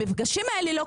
כל המשרדים,